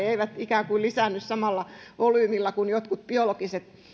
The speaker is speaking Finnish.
eivät ikään kuin lisäänny samalla volyymillä kuin jotkut biologiset